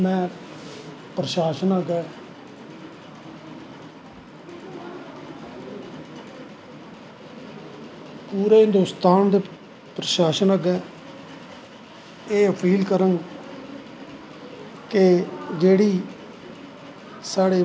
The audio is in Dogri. में प्रशासन अग्गैं पूरे हिन्दोस्तान दे प्रशासन अग्गैं एह् अपील करंग कि जेह्ड़ी साढ़े